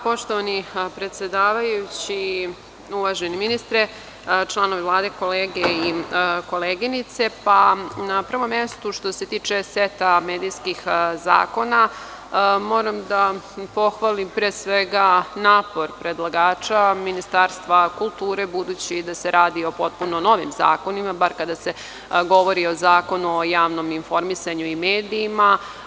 Poštovani predsedavajući, uvaženi ministre, članovi Vlade, kolege i koleginice, na prvom mestu što se tiče seta medijskih zakona, moram da pohvalim pre svega napor predlagača, Ministarstva kulture, budući da se radi o potpuno novim zakonima, bar kada se govori o Zakonu o javnom informisanju i medijima.